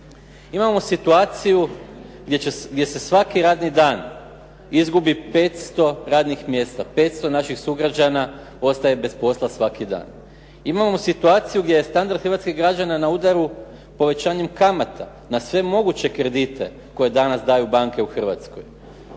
Imamo situaciju gdje se svaki radni dan izgubi 500 radnih mjesta, 500 naših sugrađana ostaje bez posla svaki dan. Imamo situaciju gdje je standard hrvatskih građana na udaru povećanjem kamata na sve moguće kredite koje danas daju banke u Hrvatskoj.